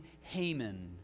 Haman